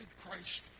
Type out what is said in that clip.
Christ